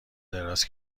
دراز